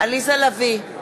עליזה לביא,